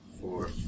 four